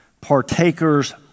partakers